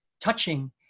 touching